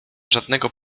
żadnego